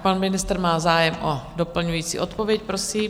Pan ministr má zájem o doplňující odpověď, prosím.